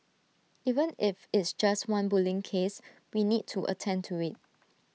even if it's just one bullying case we need to attend to IT